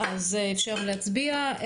אז אפשר להצביע.